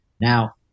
Now